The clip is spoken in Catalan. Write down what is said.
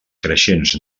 creixents